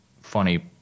funny